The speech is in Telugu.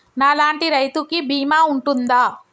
నా లాంటి రైతు కి బీమా ఉంటుందా?